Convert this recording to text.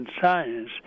science